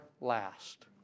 last